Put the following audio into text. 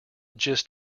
gist